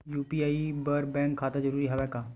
UPI बर bank खाता जरूरी हवय का?